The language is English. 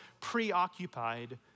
preoccupied